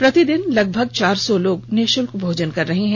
प्रतिदिन लगभग चार सौ लोग मुफ्त भोजन कर रहे हैं